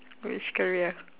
which career